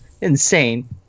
insane